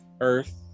earth